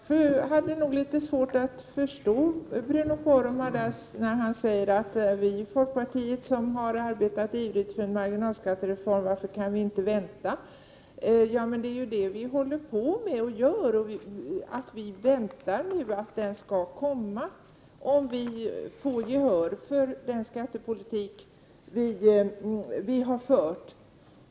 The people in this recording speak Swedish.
Fru talman! Jag hade nog litet svårt att förstå Bruno Poromaa när han frågar: Varför kan ni i folkpartiet som har arbetat ivrigt för en marginalskattereform inte vänta? Men det är ju det vi håller på med. Vi väntar nu att den skall komma om vi får gehör för vår skattepolitik.